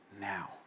now